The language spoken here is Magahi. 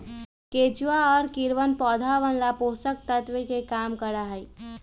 केचुआ और कीड़वन पौधवन ला पोषक तत्व के काम करा हई